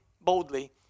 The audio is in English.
boldly